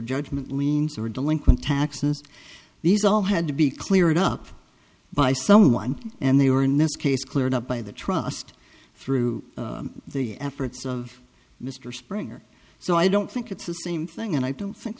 judgment liens or delinquent taxes these all had to be cleared up by someone and they were in this case cleared up by the trust through the efforts of mr springer so i don't think it's the same thing and i don't think